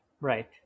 Right